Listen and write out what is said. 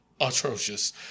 atrocious